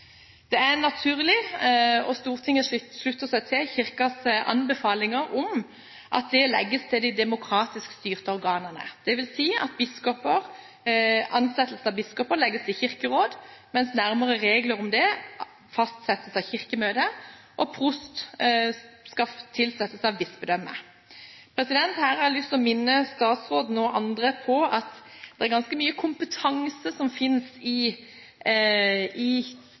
Det er naturlig – og Stortinget slutter seg til Kirkens anbefalinger – at det legges til de demokratisk styrte organene, dvs. at ansettelse av biskoper legges til Kirkerådet, mens nærmere regler fastsettes av Kirkemøtet – og prost skal tilsettes av bispedømmet. Her har jeg lyst til å minne statsråden og andre om at det er ganske mye kompetanse som finnes i